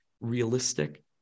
realistic